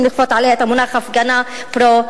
לכפות עליה את המונח הפגנה פרו-מערבית.